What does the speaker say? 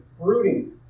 brooding